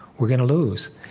we're going to lose.